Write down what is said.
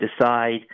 decide